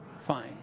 Fine